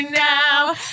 now